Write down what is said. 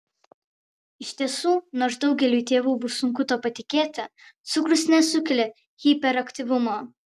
iš tiesų nors daugeliui tėvų bus sunku tuo patikėti cukrus nesukelia hiperaktyvumo